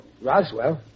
Roswell